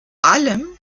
allem